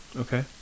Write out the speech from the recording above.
Okay